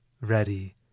ready